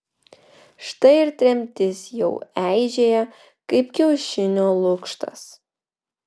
štai ir tremtis jau eižėja kaip kiaušinio lukštas